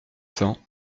cents